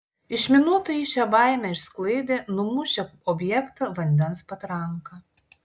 išminuotojai šią baimę išsklaidė numušę objektą vandens patranka